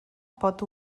pot